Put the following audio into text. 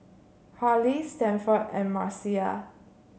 Harley Stanford and Marcia